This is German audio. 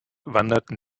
wanderten